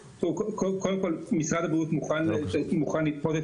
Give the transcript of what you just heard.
קודם כול משרד הבריאות מוכן לדחות את